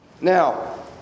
now